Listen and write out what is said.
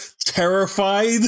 terrified